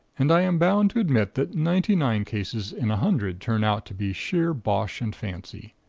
and i am bound to admit that ninety-nine cases in a hundred turn out to be sheer bosh and fancy.